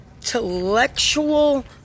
intellectual